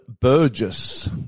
Burgess